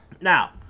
Now